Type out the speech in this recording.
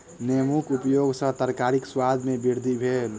नेबोक उपयग सॅ तरकारीक स्वाद में वृद्धि भेल